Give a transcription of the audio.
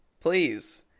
please